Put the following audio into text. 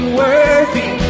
worthy